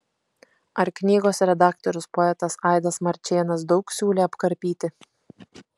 ar knygos redaktorius poetas aidas marčėnas daug siūlė apkarpyti